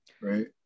right